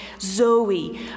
Zoe